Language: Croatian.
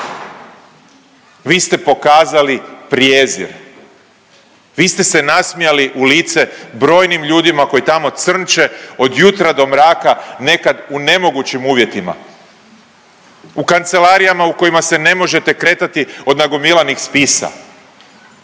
vi ste pokazali prijezir. Vi ste se nasmijali u lice brojnim ljudima koji tamo crnče od jutra do mraka, nekad u nemogućim uvjetima. U kancelarijama u kojima se ne možete kretati od nagomilanih spisa,